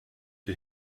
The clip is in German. die